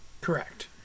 Correct